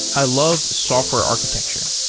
i love software architecture.